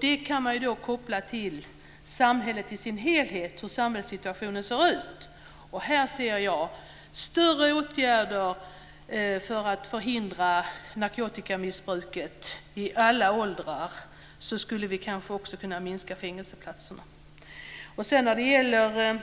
Det kan man koppla till samhället i dess helhet och hur samhällssituationen ser ut. Och här ser jag att det behövs större åtgärder för att förhindra narkotikamissbruket i alla åldrar. Då skulle vi kanske också kunna minska antalet fängelseplatser. När det gäller